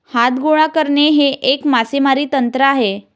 हात गोळा करणे हे एक मासेमारी तंत्र आहे